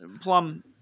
Plum